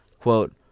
Quote